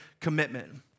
commitment